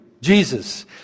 Jesus